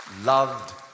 Loved